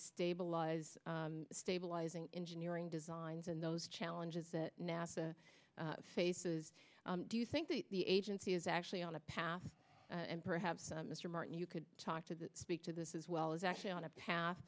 stabilize stabilizing engineering designs and those challenges that nasa faces do you think that the agency is actually on a path and perhaps mr martin you could talk to that speak to this is well is actually on a path